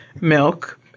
milk